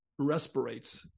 respirates